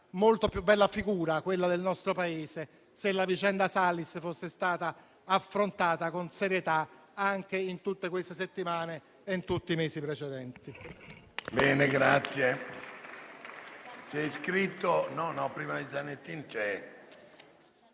molto più bella quella del nostro Paese se la vicenda Salis fosse stata affrontata con serietà anche nelle ultime settimane e in tutti i mesi precedenti.